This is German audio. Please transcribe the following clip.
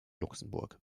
luxemburg